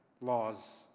laws